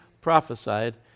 prophesied